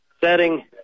Setting